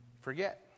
Forget